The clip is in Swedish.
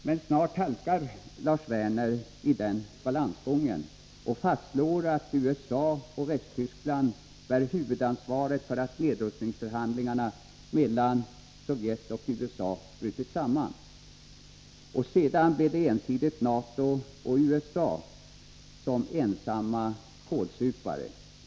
Men snart halkar Lars Werner i den balansgången och fastslår att USA och Västtyskland bär huvudansvaret för att nedrustningsförhandlingarna mellan Sovjet och USA brutit samman. Och sedan blir det ensidigt NATO och USA som ensamma är kålsupare.